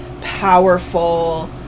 powerful